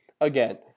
again